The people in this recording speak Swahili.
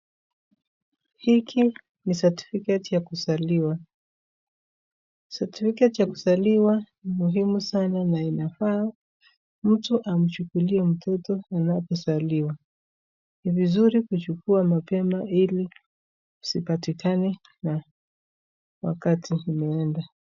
Hiki ni certificate ya kuzaliwa, certificate ya kuzaliwa ni muhimu sana na inafaa mtu amchukulie mtoto anapozaliwa. Ni vizuri kuchukua mapema ili usipatikane na wakati imeenda.